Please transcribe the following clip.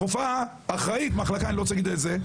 הרופאה האחראית במחלקה לא רוצה להגיד איזו,